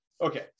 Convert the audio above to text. Okay